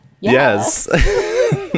Yes